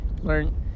learn